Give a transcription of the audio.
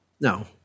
No